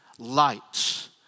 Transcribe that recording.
Lights